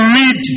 read